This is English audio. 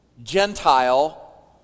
gentile